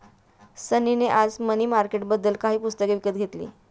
सनी ने आज मनी मार्केटबद्दल काही पुस्तके विकत घेतली